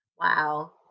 Wow